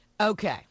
Okay